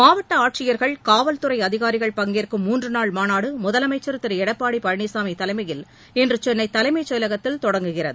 மாவட்ட ஆட்சியர்கள் காவல்துறை அதிகாரிகள் பங்கேற்கும் மூன்று நாள் மாநாடு முதலமைச்ச் திரு எடப்பாடி பழனிசாமி தலைமையில் இன்று சென்னை தலைமை செயலகத்தில் தொடங்குகிறது